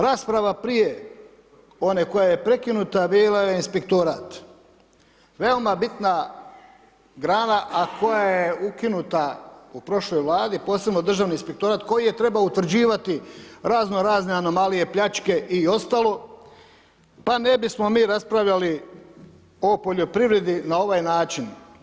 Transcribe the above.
Rasprava prije one koja je prekinuta, bila je inspektorat, veoma bitna grana, a koja je ukinuta u prošloj Vladi, posebno državni inspektorat, koji je trebao utvrđivati razno razne anomalije, pljačke i ostalo, pa ne bismo mi raspravljali o poljoprivredi na ovaj način.